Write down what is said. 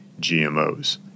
GMOs